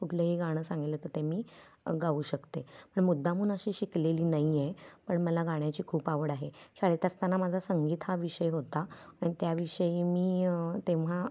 कुठलंही गाणं सांगितलं तर ते मी गाऊ शकते पण मुद्दामहून अशी शिकलेली नाही आहे पण मला गाण्याची खूप आवड आहे शाळेत असताना माझा संगीत हा विषय होता आणि त्याविषयी मी तेव्हा